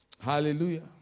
hallelujah